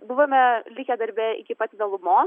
buvome likę darbe iki pat vėlumos